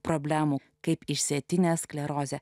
problemų kaip išsėtine skleroze